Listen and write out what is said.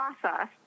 process